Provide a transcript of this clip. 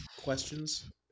questions